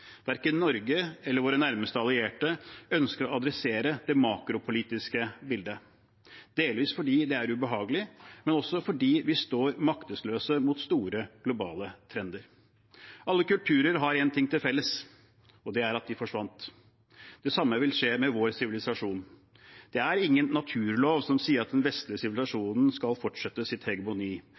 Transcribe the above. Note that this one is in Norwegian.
Verken Norge eller våre nærmeste allierte ønsker å adressere det makropolitiske bildet, delvis fordi det er ubehagelig, men også fordi vi står maktesløse mot store globale trender. Alle kulturer har én ting til felles, og det er at de forsvant. Det samme vil skje med vår sivilisasjon. Det er ingen naturlov som sier at den vestlige sivilisasjonen skal fortsette sitt